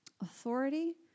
authority